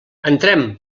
entrem